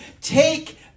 take